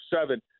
seven